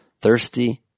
thirsty